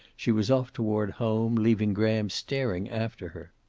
she was off toward home, leaving graham staring after her.